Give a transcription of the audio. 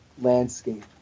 landscape